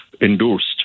endorsed